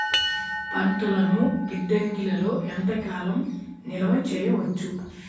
పంటలను గిడ్డంగిలలో ఎంత కాలం నిలవ చెయ్యవచ్చు?